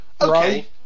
Okay